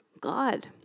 God